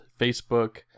Facebook